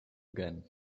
again